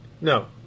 no